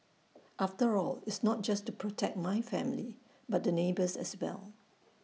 after all it's not just to protect my family but the neighbours as well